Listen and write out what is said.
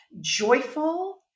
joyful